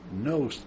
No